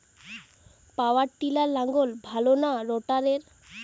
পাওয়ার টিলারে লাঙ্গল ভালো না রোটারের?